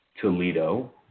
Toledo